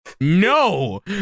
No